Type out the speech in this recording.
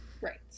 Right